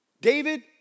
David